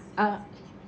uh